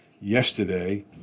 yesterday